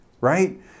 right